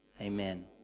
Amen